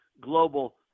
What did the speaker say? global